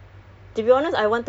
almost three years